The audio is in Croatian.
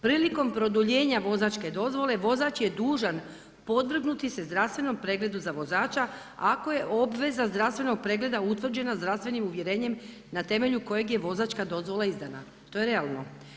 Prilikom produljenja vozačke dozvole vozač je dužan podvrgnuti se zdravstvenom pregledu za vozača ako je obveza zdravstvenog pregleda utvrđena zdravstvenim uvjerenjem na temelju kojeg je vozačka dozvola izdana, to je realno.